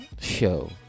Show